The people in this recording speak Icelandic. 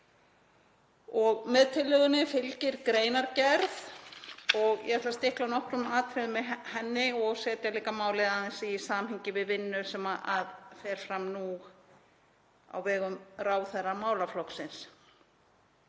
Með tillögunni fylgir greinargerð og ég ætla að stikla á nokkrum atriðum í henni og setja líka málið aðeins í samhengi við vinnu sem fer fram nú á vegum ráðherra málaflokksins.